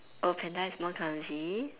or panda is more clumsy